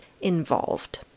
involved